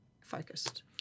focused